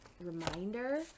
reminder